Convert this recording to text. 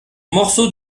morceau